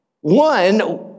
one